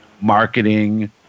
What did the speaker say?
marketing